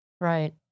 right